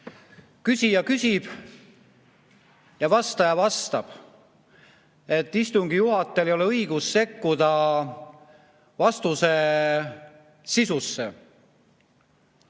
küsija küsib ja vastaja vastab ning istungi juhatajal ei ole õigust sekkuda vastuse sisusse.